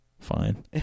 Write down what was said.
fine